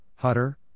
Hutter